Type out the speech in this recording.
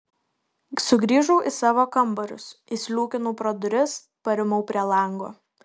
sugrįžau į savo kambarius įsliūkinau pro duris parimau prie lango